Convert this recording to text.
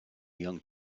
young